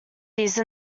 these